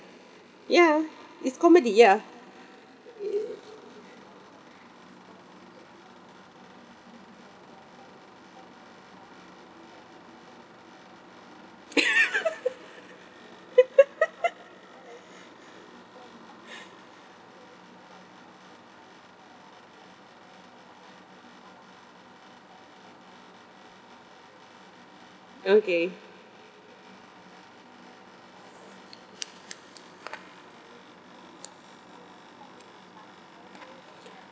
ya it's comedy ya okay